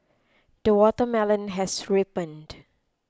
the watermelon has ripened